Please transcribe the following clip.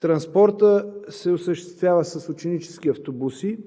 транспортът се осъществява с ученически автобуси